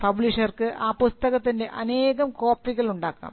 പബ്ലിഷർക്ക് ആ പുസ്തകത്തിൻറെ അനേകം കോപ്പികൾ ഉണ്ടാക്കാം